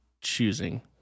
choosing